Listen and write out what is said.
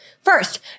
First